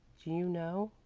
do you know?